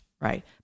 Right